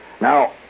Now